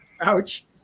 Ouch